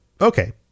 okay